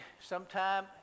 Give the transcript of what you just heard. sometime